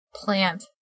Plant